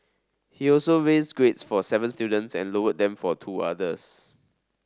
he also raised grades for seven students and lowered them for two others